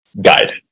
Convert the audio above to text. guide